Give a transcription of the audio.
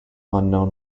unknown